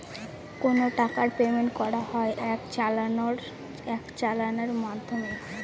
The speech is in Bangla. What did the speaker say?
কোনো টাকার পেমেন্ট করা হয় এক চালানের মাধ্যমে